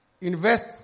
invest